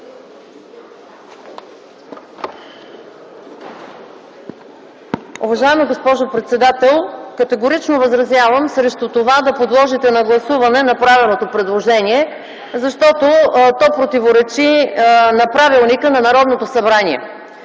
Уважаема госпожо председател, категорично възразявам срещу това да подложите на гласуване направеното предложение, защото то противоречи на правилника на Народното събрание.